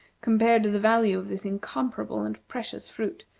compared to the value of this incomparable and precious fruit,